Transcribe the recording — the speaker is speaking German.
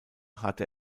hatte